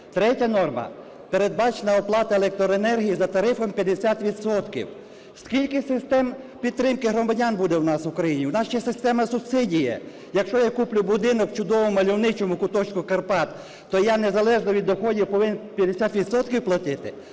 Третя норма. Передбачена оплата електроенергії за тарифом 50 відсотків. Скільки систем підтримки громадян буде у нас в Україні? У нас ще система субсидії. Якщо я куплю будинок в чудовому мальовничому куточку Карпат, то я незалежно від доходів повинен 50 відсотків